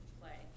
play